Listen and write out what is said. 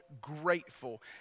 Grateful